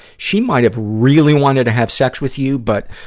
she might have really wanted to have sex with you, but,